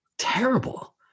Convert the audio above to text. terrible